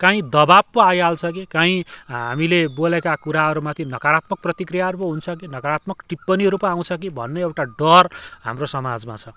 कहीँ दबाब पो आइहाल्छ कि कहीँ हामीले बोलेका कुराहरू माथि नकारात्मक प्रतिक्रियाहरू पो हुन्छ कि नकरात्मक टिप्पणीहरू पो आउँछ कि भन्ने एउटा डर हाम्रो समाजमा छ